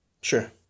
Sure